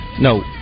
No